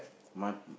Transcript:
my